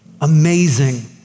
Amazing